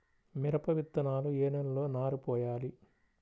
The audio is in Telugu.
మిరప విత్తనాలు ఏ నెలలో నారు పోయాలి?